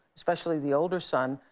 especially the older son,